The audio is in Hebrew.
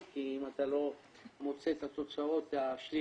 כי אם אתה לא מוצא את התוצאות השליליות,